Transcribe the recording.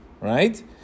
right